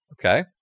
Okay